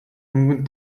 мөнгөнд